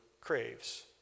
craves